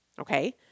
okay